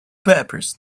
peppers